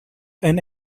and